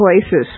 places